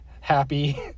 happy